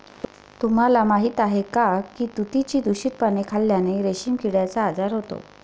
तुम्हाला माहीत आहे का की तुतीची दूषित पाने खाल्ल्याने रेशीम किड्याचा आजार होतो